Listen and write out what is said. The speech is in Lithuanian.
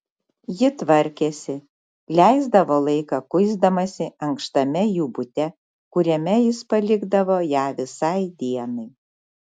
ji tvarkėsi leisdavo laiką kuisdamasi ankštame jų bute kuriame jis palikdavo ją visai dienai